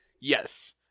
Yes